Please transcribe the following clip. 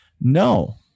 No